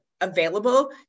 available